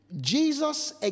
Jesus